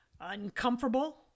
uncomfortable